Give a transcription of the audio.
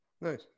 Nice